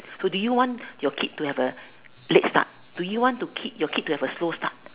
so do you want your kid to have a late start do you want to kid your kid to have a slow start